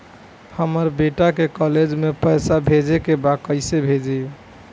हमर बेटा के कॉलेज में पैसा भेजे के बा कइसे भेजी?